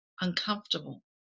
uncomfortable